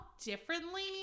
differently